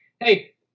hey